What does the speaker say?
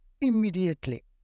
immediately